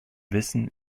wissen